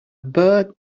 bird